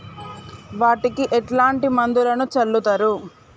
వాటికి ఎట్లాంటి మందులను చల్లుతరు?